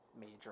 major